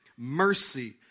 Mercy